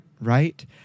right